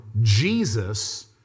Jesus